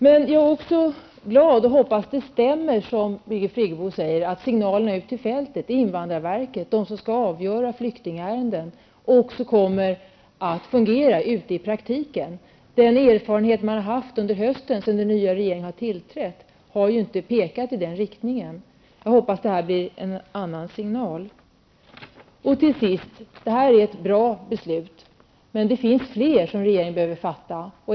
Men jag är också glad över, och hoppas att det som Birgit Friggebo säger stämmer, att signalerna ut till fältet, till invandrarverket, som skall avgöra flyktingärenden också kommer att fungera i praktiken. Den erfarenhet man har haft under hösten, sedan den nya regeringen tillträtt, har inte pekat i den riktningen. Jag hoppas att detta blir en annan signal. Detta är ett bra beslut. Men det finns fler som regeringen behöver fatta.